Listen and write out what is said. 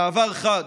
במעבר חד,